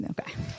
Okay